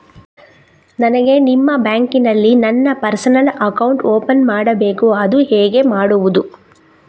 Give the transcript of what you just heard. ನನಗೆ ನಿಮ್ಮ ಬ್ಯಾಂಕಿನಲ್ಲಿ ನನ್ನ ಪರ್ಸನಲ್ ಅಕೌಂಟ್ ಓಪನ್ ಮಾಡಬೇಕು ಅದು ಹೇಗೆ ಮಾಡುವುದು?